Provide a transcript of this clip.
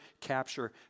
capture